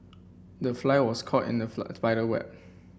the fly was caught in the spider web